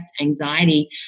anxiety